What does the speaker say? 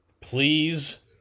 please